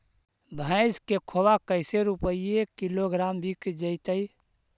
भैस के खोबा कैसे रूपये किलोग्राम बिक जइतै?